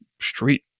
street